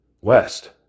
West